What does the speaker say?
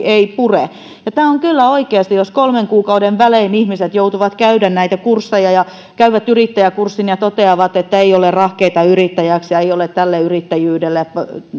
ei pure tämä on kyllä oikeasti ihmisten kyykyttämistä jos kolmen kuukauden välein ihmiset joutuvat käymään näitä kursseja ja käyvät yrittäjäkurssin ja toteavat että ei ole rahkeita yrittäjäksi ja ei ole tälle yrittäjyydelle